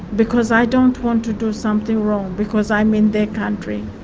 because i don't want to do something wrong, because i'm in their country,